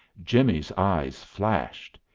jimmie's eyes flashed.